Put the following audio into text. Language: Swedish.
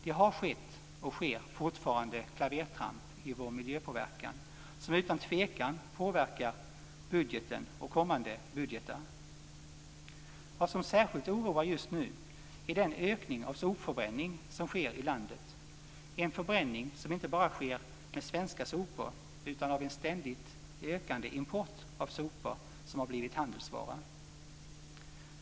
Det har skett och sker fortfarande klavertramp i vår miljöpåverkan som utan tvekan påverkar budgeten och kommande budgetar. Vad som särskilt oroar just nu är den ökning av sopförbränning som sker i landet, en förbränning som inte bara sker av svenska sopor utan av en ständigt ökande import av sopor som har blivit en handelsvara.